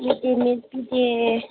ꯃꯤꯠ ꯗꯦ ꯃꯤꯜ ꯄꯤꯗꯦ